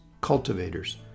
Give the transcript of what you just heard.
Cultivators